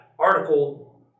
Article